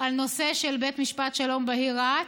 על הנושא של בית משפט שלום בעיר רהט.